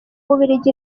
bubiligi